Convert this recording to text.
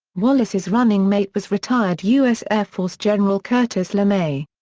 wallace's running mate was retired u s. air force general curtis lemay.